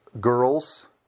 girls